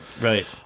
Right